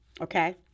okay